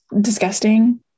Disgusting